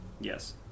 Yes